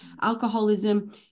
alcoholism